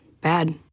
bad